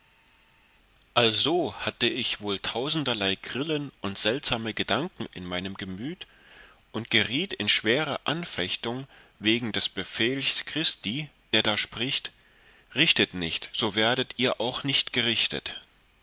also hatte ich wohl tausenderlei grillen und seltsame gedanken in meinem gemüt und geriet in schwere anfechtung wegen des befelchs christi da er spricht richtet nicht so werdet ihr auch nicht gerichtet